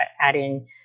adding